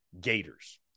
Gators